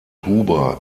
huber